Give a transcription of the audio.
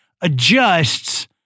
adjusts